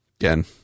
again